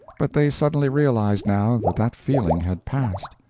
but they suddenly realized now that that feeling had passed.